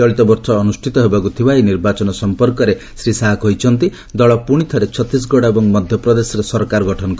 ଚଳିତବର୍ଷ ଅନୁଷ୍ଠିତ ହେବାକୁ ଥିବା ଏହି ନିର୍ବାଚନ ସମ୍ପର୍କରେ ଶ୍ରୀ ଶାହା କହିଛନ୍ତି ଦଳ ପୁଣି ଥରେ ଛତିଶଗଡ ଏବଂ ମଧ୍ୟପ୍ରଦେଶରେ ସରକାର ଗଠନ କରିବେ